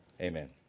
Amen